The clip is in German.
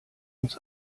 uns